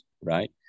right